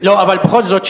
בכל זאת,